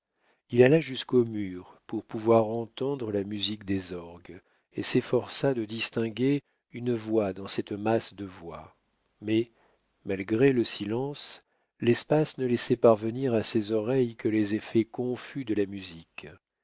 il alla jusqu'au mur pour pouvoir entendre la musique des orgues et s'efforça de distinguer une voix dans cette masse de voix mais malgré le silence l'espace ne laissait parvenir à ses oreilles que les effets confus de la musique